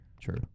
true